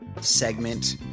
segment